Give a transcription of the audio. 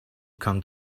come